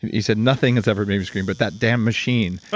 he said, nothing has ever made me scream but that damn machine.